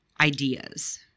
ideas